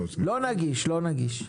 לא נגיש.